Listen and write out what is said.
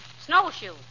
Snowshoe